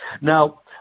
now